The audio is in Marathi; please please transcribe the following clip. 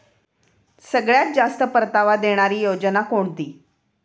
सगळ्यात जास्त परतावा देणारी योजना कोणती?